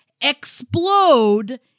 explode